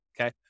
Okay